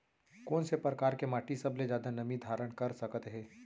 कोन से परकार के माटी सबले जादा नमी धारण कर सकत हे?